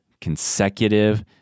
consecutive